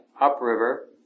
upriver